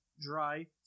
dry